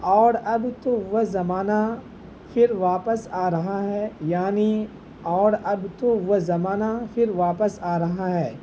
اور اب تو وہ زمانہ پھر واپس آ رہا ہے یعنی اور اب تو وہ زمانہ پھر واپس آ رہا ہے